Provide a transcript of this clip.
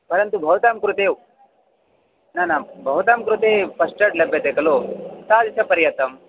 परन्तु भवतां कृते न न भवतां कृते फस्ट् एड् लभ्यते खलु तादृशपर्यन्तम्